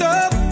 up